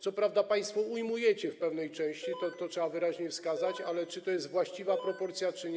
Co prawda państwo ujmujecie to w pewnej części, trzeba to wyraźnie wskazać, ale czy to jest właściwa proporcja czy nie?